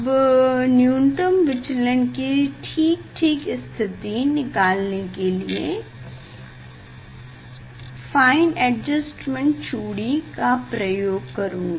अब न्यूनतम विचलन कि ठीक ठीक स्थिति निकालने के लिए फ़ाइन एडजस्टमेंट चूड़ी का इस्तेमाल करूँगा